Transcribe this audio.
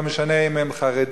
ולא משנה אם הם חרדים,